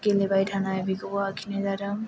गेलेबाय थानाय बेखौबो आखिनाय जादों